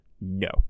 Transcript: No